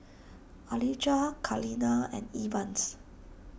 Alijah Kaleena and Evans